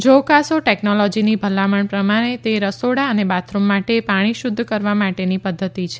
Johkasou ટેક્નોલોજીની ભલામણ પ્રમાણે આ રસોડા અને બાથરૂમ માટે પાણી શુદ્ધ કરવા માટેની પદ્ધતિ છે